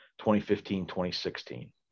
2015-2016